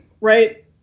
right